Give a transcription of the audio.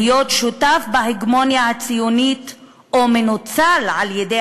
להיות שותף בהגמוניה הציונית או מנוצל על-ידי